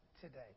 today